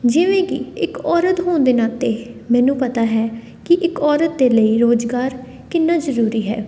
ਜਿਵੇਂ ਕਿ ਇੱਕ ਔਰਤ ਹੋਣ ਦੇ ਨਾਤੇ ਮੈਨੂੰ ਪਤਾ ਹੈ ਕਿ ਇੱਕ ਔਰਤ ਦੇ ਲਈ ਰੁਜ਼ਗਾਰ ਕਿੰਨਾ ਜ਼ਰੂਰੀ ਹੈ